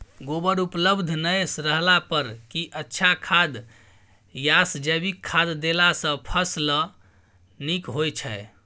गोबर उपलब्ध नय रहला पर की अच्छा खाद याषजैविक खाद देला सॅ फस ल नीक होय छै?